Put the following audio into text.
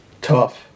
tough